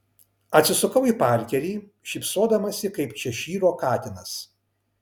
atsisukau į parkerį šypsodamasi kaip češyro katinas